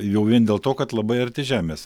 jau vien dėl to kad labai arti žemės